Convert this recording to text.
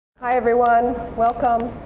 hi everyone, welcome.